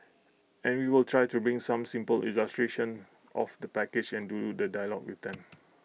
and we will try to bring some simple illustrations of the package and do the dialogue with them